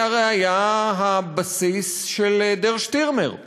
זה הרי היה הבסיס של "דר שטירמר",